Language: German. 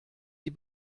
die